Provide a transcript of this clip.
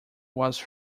was